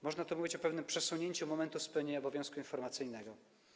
Można tu mówić o pewnym przesunięciu momentu spełnienia obowiązku informacyjnego.